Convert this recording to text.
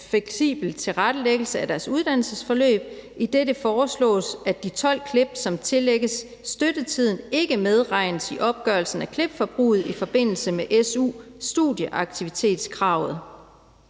fleksibel tilrettelæggelse af deres uddannelsesforløb, idet det foreslås, at de 12 klip, som tillægges støttetiden, ikke medregnes i opgørelsen af klipforbruget i forbindelse med su-studieaktivitetskravet.